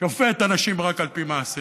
שופט אנשים רק על פי מעשיהם.